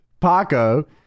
Paco